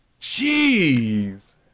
Jeez